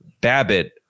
Babbitt